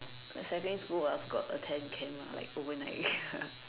like secondary school I also got attend camp lah like overnight